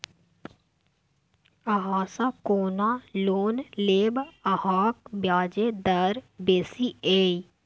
अहाँसँ कोना लोन लेब अहाँक ब्याजे दर बेसी यै